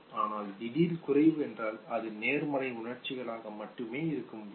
ஆனால் திடீர் குறைவு என்றால் அது நேர்மறை உணர்ச்சிகளாக மட்டுமே இருக்க முடியும்